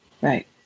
Right